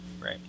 Right